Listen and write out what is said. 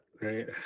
right